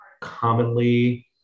commonly